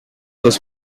was